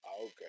okay